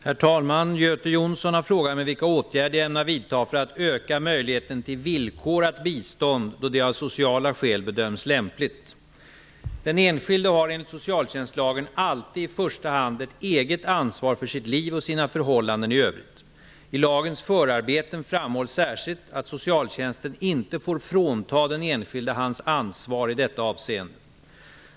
Herr talman! Göte Jonsson har frågat mig vilka åtgärder jag ämnar vidta för att öka möjligheten till villkorat bistånd då detta av sociala skäl bedöms lämpligt. Den enskilde har enligt socialtjänstlagen alltid i första hand ett eget ansvar för sitt liv och sina förhållanden i övrigt. I lagens förarbeten framhålls särskilt att socialtjänsten inte får frånta den enskilde hans ansvar i detta avseende.